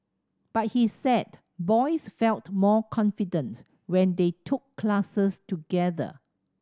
but he said boys felt more confident when they took classes together